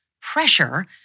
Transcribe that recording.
pressure